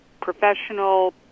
professional